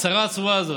מהצרה הצרורה הזאת.